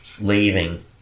leaving